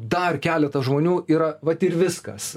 dar keletas žmonių yra vat ir viskas